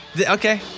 Okay